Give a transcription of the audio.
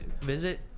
visit